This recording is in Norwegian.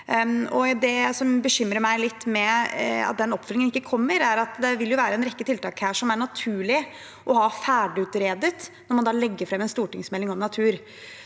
Det som bekymrer meg litt med at den oppfølgingen ikke kommer, er at det vil være en rekke tiltak der som er naturlig å ha utredet ferdig når en legger fram en stortingsmelding om natur.